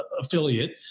affiliate